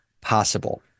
possible